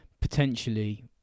potentially